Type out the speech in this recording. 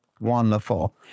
Wonderful